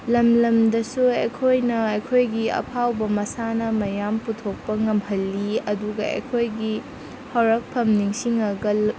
ꯂꯝ ꯂꯝꯗꯁꯨ ꯑꯩꯈꯣꯏꯅ ꯑꯩꯈꯣꯏꯒꯤ ꯑꯐꯥꯎꯕ ꯃꯁꯥꯟꯅ ꯃꯌꯥꯝ ꯄꯨꯊꯣꯛꯄ ꯉꯝꯍꯜꯂꯤ ꯑꯗꯨꯒ ꯑꯩꯈꯣꯏꯒꯤ ꯍꯧꯔꯛꯐꯝ ꯅꯤꯡꯁꯤꯡꯉꯒ